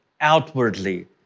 outwardly